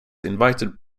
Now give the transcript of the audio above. invited